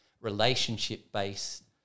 relationship-based